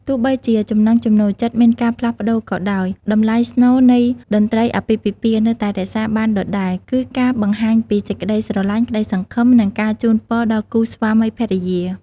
ទោះបីជាចំណង់ចំណូលចិត្តមានការផ្លាស់ប្តូរក៏ដោយ តម្លៃស្នូលនៃតន្ត្រីអាពាហ៍ពិពាហ៍នៅតែរក្សាបានដដែល គឺការបង្ហាញពីសេចក្តីស្រឡាញ់ ក្តីសង្ឃឹម និងការជូនពរដល់គូស្វាមីភរិយា។